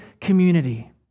community